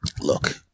Look